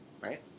right